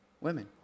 women